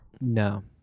No